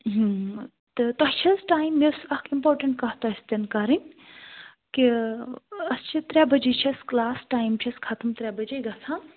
تہٕ تۄہہِ چھِ حظ ٹایم مےٚ ٲسۍ اکھ اِمپاٹَنٛٹ کتھ تۄہہِ سۭتۍ کَرٕنۍ کہِ اَسہِ چھِ ترٛےٚ بجے چھِ اَسہِ کٕلاس ٹایم چھ اَسہِ ختم ترٛےٚ بجے گَژھان